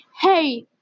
hey